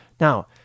Now